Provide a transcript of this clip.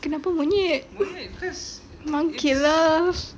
kenapa monyet monkey lah